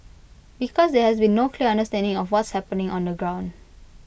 because there has been no clear understanding of what's happening on the ground